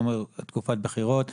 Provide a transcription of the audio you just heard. אתה אומר תקופת בחירות,